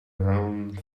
wrong